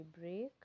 break